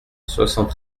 soixante